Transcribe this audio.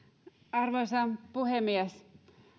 arvoisa puhemies